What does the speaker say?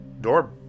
door